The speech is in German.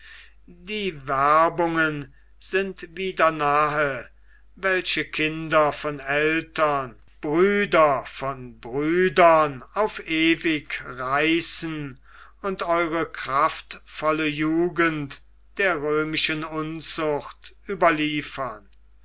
die werbungen sind wieder nahe welche kinder von eltern brüder von brüdern auf ewig reißen und eure kraftvolle jugend der römischen unzucht überliefern